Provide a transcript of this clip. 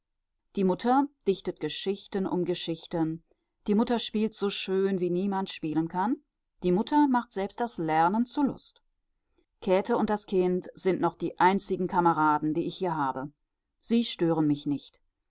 die mutter dichtet geschichten um geschichten die mutter spielt so schön wie niemand spielen kann die mutter macht selbst das lernen zur lust käthe und das kind sind noch die einzigen kameraden die ich hier habe sie stören mich nicht